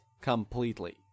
completely